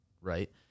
right